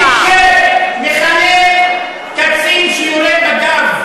מי שמכנה קצין שיורה בגב,